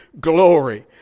glory